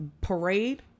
parade